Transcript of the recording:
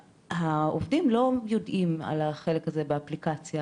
והעובדים לא יודעים על החלק הזה באפליקציה.